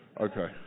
Okay